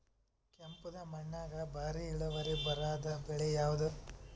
ಕೆಂಪುದ ಮಣ್ಣಾಗ ಭಾರಿ ಇಳುವರಿ ಬರಾದ ಬೆಳಿ ಯಾವುದು?